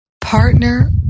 partner